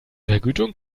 vergütung